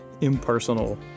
impersonal